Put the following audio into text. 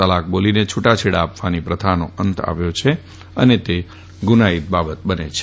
તલાક બોલીને છૂટાછેડા આપવાની પ્રથાનો અંત આવ્યો છે અને તે ગુનાઈત બાબત બને છે